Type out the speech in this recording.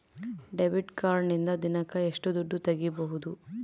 Debit ಕಾರ್ಡಿನಿಂದ ದಿನಕ್ಕ ಎಷ್ಟು ದುಡ್ಡು ತಗಿಬಹುದು?